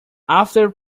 after